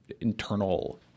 internal